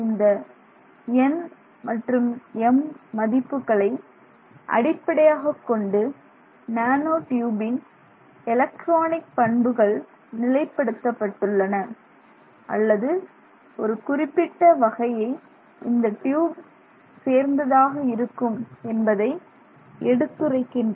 இந்த nm மதிப்புகளை அடிப்படையாகக்கொண்டு நேனோ ட்யூபின் எலக்ட்ரானிக் பண்புகள் நிலைப்படுத்த பட்டுள்ளன அல்லது ஒரு குறிப்பிட்ட வகையை இந்த டியூப் சேர்ந்ததாக இருக்கும் என்பதை எடுத்துரைக்கின்றன